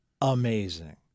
amazing